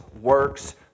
works